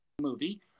movie